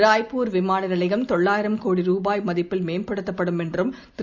ராய்பூர் விமான நிலையம் தொள்ளாயிரம் கோடி ரூபாய் மதிப்பில் மேம்படுத்தப்படும் என்று திரு